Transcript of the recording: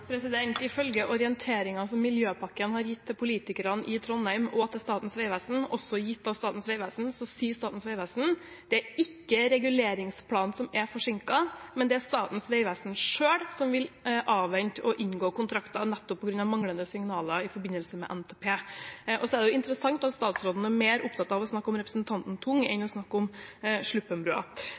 Ifølge orienteringen som Miljøpakken har gitt til politikerne i Trondheim og til Statens vegvesen – også gitt av Statens vegvesen – sier Statens vegvesen at det ikke er reguleringsplanen som er forsinket, men det er Statens vegvesen selv som vil avvente å inngå kontrakter, nettopp på grunn av manglende signaler i forbindelse med NTP. Så er det interessant at statsråden er mer opptatt av å snakke om representanten Tung enn av å snakke om